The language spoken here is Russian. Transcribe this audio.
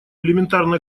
элементарно